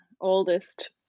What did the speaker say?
oldest